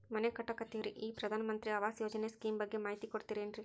ಮನಿ ಕಟ್ಟಕತೇವಿ ರಿ ಈ ಪ್ರಧಾನ ಮಂತ್ರಿ ಆವಾಸ್ ಯೋಜನೆ ಸ್ಕೇಮ್ ಬಗ್ಗೆ ಮಾಹಿತಿ ಕೊಡ್ತೇರೆನ್ರಿ?